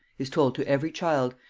is told to every child,